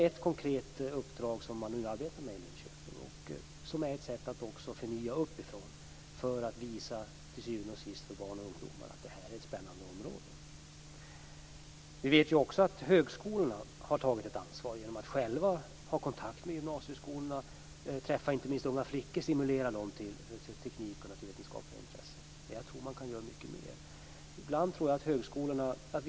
Detta konkreta uppdrag som man nu arbetar med i Linköping är ett sätt att förnya uppifrån för att till syvende och sist visa för barn och ungdomar att det här är ett spännande område. Vi vet också att högskolorna har tagit ett ansvar genom att själva hålla kontakt med gymnasieskolorna och att försöka stimulera inte minst unga flickor att välja teknik och naturvetenskapliga intressen. Jag tror dock att det kan göras mycket mer.